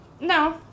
No